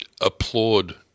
applaud